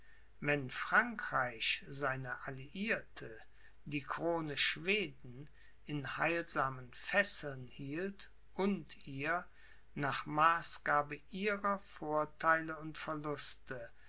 wenn frankreich seine alliierte die krone schweden in heilsamen fesseln hielt und ihr nach maßgabe ihrer vortheile und verluste